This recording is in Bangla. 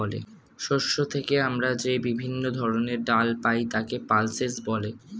শস্য থেকে আমরা যে বিভিন্ন ধরনের ডাল পাই তাকে পালসেস বলে